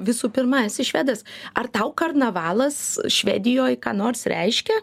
visų pirma esi švedas ar tau karnavalas švedijoj ką nors reiškia